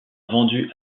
vendu